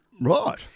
Right